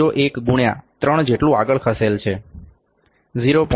01 ગુણ્યા ૩ જેટલું આગળ ખસેલ છે 0